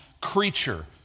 creature